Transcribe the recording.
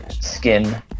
skin